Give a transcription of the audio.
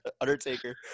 Undertaker